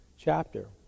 chapter